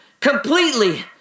completely